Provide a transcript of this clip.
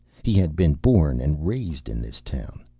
he had been born and raised in this town.